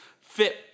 fit